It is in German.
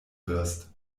wirst